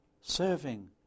serving